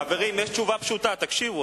חברים, יש תשובה פשוטה, תקשיבו.